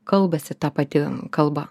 kalbasi ta pati kalba